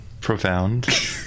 profound